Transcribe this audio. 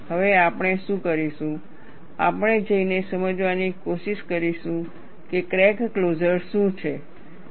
હવે આપણે શું કરીશું આપણે જઈને સમજવાની કોશિશ કરીશું કે ક્રેક ક્લોઝર શું છે